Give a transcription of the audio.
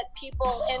people